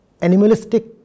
animalistic